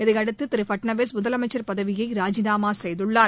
இதையடுத்து திரு பட்நவிஸ் முதலமைச்சர் பதவியை ராஜினாமா செய்துள்ளார்